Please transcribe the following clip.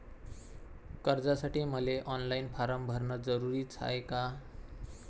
कर्जासाठी मले online form भरन जरुरीच हाय का?